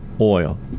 oil